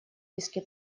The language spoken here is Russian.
песке